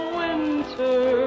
winter